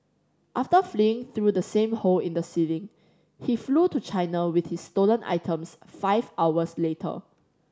after fleeing through the same hole in the ceiling he flew to China with his stolen items five hours later